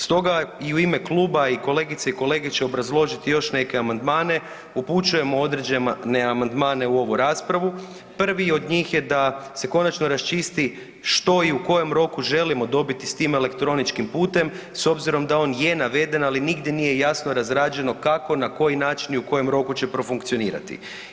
Stoga i u ime kluba i kolegice i kolege će obrazložiti još neke amandmane, upućujemo određene amandmane u ovu raspravu, prvi od njih je da se konačno raščisti što i u kojem roku želimo dobiti s tim elektroničkim putem s obzirom da on je naveden ali nigdje nije jasno razrađeno kako, na koji način i u kojem roku će profunkcionirati.